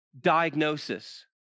diagnosis